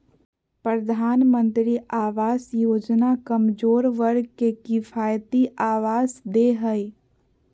प्रधानमंत्री आवास योजना कमजोर वर्ग के किफायती आवास दे हइ